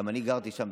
גם אני גרתי שם,